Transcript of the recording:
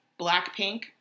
Blackpink